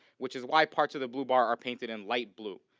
which is why parts of the blue bar are painted in light blue,